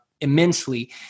immensely